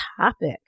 topic